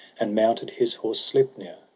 and mounted his horse sleipner,